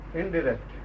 indirect